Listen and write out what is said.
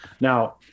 Now